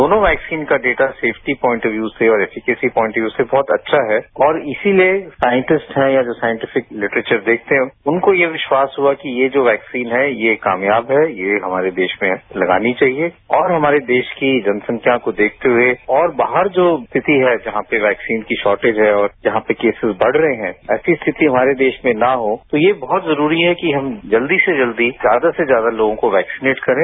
दोनों वैक्सीनों का data safety point of view से बहुत अच्छा है और इसी लिए साइटिस्ट है या साइटिफ्रिक लिक्ट्रेचर देखते हैं उनको यह विश्वास हुआ कि ये जो वैक्सीन है ये कामयाब है ये हमारे देश में लगानी चाहिए और हमारे देश की जनसंख्या को देखते हुए और बाहर जो स्थिते है जहां पर वैक्सीन की शॉर्टेज है और जहां पर कोसिस बद रहे हैं ऐसी स्थिति हमारे देश में न हाँ तो ये बहुत जरूरी है कि हम जल्दी से जल्दी ज्यादा से ज्यादा लोगों को वैक्सीनेट करें